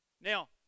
Now